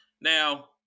Now